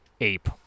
ape